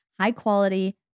high-quality